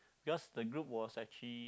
because the group was actually